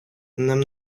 нам